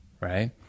right